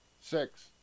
six